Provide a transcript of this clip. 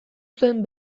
zuen